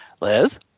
Liz